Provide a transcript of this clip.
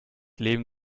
leben